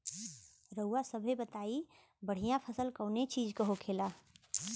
रउआ सभे बताई बढ़ियां फसल कवने चीज़क होखेला?